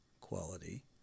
quality